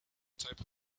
type